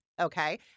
okay